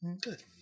Good